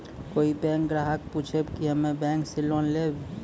कोई बैंक ग्राहक पुछेब की हम्मे बैंक से लोन लेबऽ?